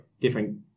different